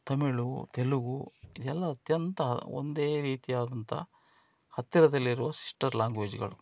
ತಮಿಳು ತೆಲುಗು ಎಲ್ಲ ಅತ್ಯಂತ ಒಂದೇ ರೀತಿಯಾದಂಥ ಹತ್ತಿರದಲ್ಲಿರುವ ಸಿಸ್ಟರ್ ಲಾಂಗ್ವೇಜ್ಗಳು